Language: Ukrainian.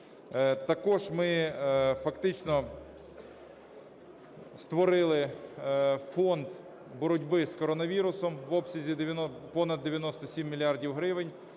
Також ми фактично створили фонд боротьби з коронавірусом в обсязі понад 97 мільярдів